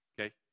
Okay